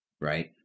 right